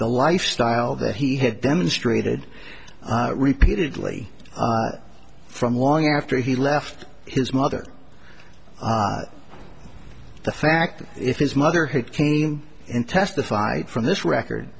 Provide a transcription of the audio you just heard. the lifestyle that he had demonstrated repeatedly from long after he left his mother the fact that if his mother had came in testified from this record